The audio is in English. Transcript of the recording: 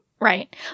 right